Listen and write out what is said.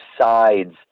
sides